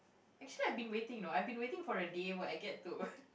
actually I been waiting you know I been waiting for the day where I get to